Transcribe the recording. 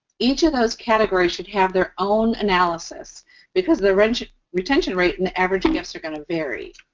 each of those categories should have their own analysis because the retention retention rate and average and gifts are going to vary.